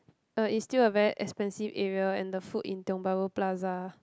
uh it's still a very expensive area and the food in Tiong-Bahru-Plaza